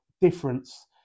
difference